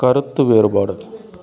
கருத்து வேறுபாடு